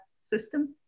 system